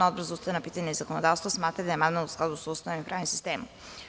Odbor za ustavna pitanja i zakonodavstvo smatra da je amandman u skladu sa Ustavom i pravnim sistemom.